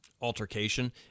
altercation